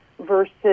versus